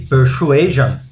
Persuasion